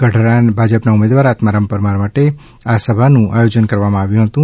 ગઢડા ભાજપના ઉમેદવાર આત્મારામ પરમાર માટે આ સભાનું આયોજન કરવામાં આવ્યું હતું